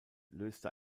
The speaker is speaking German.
löste